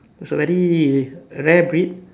it was a very rare breed